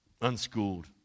Unschooled